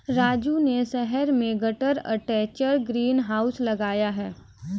राजू ने शहर में गटर अटैच्ड ग्रीन हाउस लगाया है